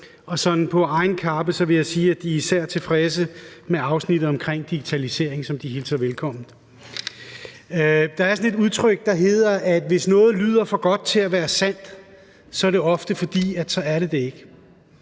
og for egen regning vil jeg sige, at de især er tilfredse med afsnittet om digitalisering, som de hilser velkommen. Der er et udtryk, der hedder, at hvis noget lyder for godt til at være sandt, er det ofte, fordi det ikke